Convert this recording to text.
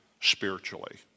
spiritually